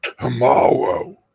tomorrow